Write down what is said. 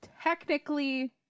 technically